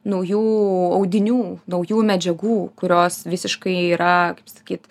naujų audinių naujų medžiagų kurios visiškai yra kaip sakyt